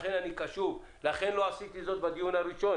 לכן אני קשוב, ולכן לא עשיתי זאת בדיון הראשון.